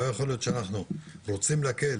לא יכול להיות שאנחנו רוצים להקל